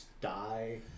Die